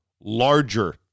larger